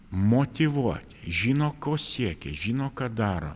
motyvuoti žino ko siekia žino ką daro